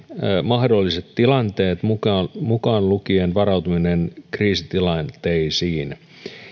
mahdolliset tilanteet mukaan mukaan lukien varautuminen kriisitilanteisiin